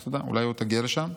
לך תדע, אולי עוד תגיע לשם.